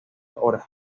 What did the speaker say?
horas